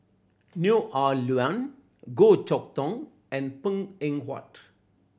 Neo Ah Luan Goh Chok Tong and Png Eng Huat